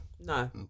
No